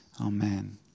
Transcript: Amen